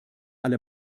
alle